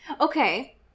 Okay